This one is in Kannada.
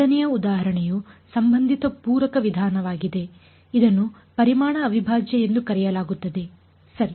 2 ನೇ ಉದಾಹರಣೆಯು ಸಂಬಂಧಿತ ಪೂರಕ ವಿಧಾನವಾಗಿದೆ ಇದನ್ನು ಪರಿಮಾಣ ಅವಿಭಾಜ್ಯ ಎಂದು ಕರೆಯಲಾಗುತ್ತದೆ ಸರಿ